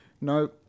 No